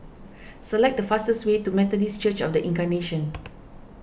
select the fastest way to Methodist Church of the Incarnation